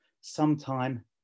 sometime